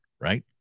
right